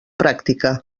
pràctica